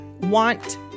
want